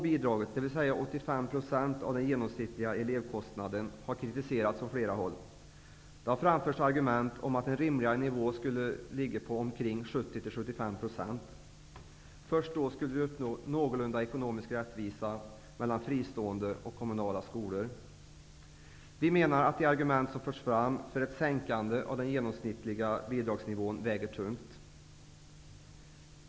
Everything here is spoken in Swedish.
Bidragsnivån, dvs. 85 % av den genomsnittliga elevkostnaden, har kritiserats från flera håll. Det har framförts argument om att en rimligare nivå skulle vara omkring 70--75 %. Först då skulle vi uppnå en någorlunda god ekonomisk rättvisa mellan fristående och kommunala skolor. Vi menar att de argument som förts fram för en sänkning av den genomsnittliga bidragsnivån väger tungt.